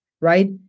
right